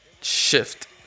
shift